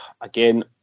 again